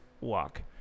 walk